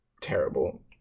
Terrible